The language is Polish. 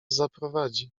zaprowadzi